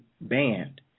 banned